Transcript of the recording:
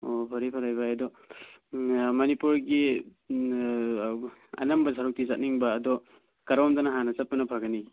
ꯑꯣ ꯐꯔꯦ ꯐꯔꯦ ꯚꯥꯏ ꯑꯗꯣ ꯎꯝ ꯃꯅꯤꯄꯨꯔꯒꯤ ꯎꯝ ꯑꯅꯝꯕ ꯁꯔꯨꯛꯇꯤ ꯆꯠꯅꯤꯡꯕ ꯑꯗꯣ ꯀꯔꯣꯝꯗꯅ ꯍꯥꯟꯅ ꯆꯠꯄꯅ ꯐꯒꯅꯤ